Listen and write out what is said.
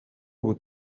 بودم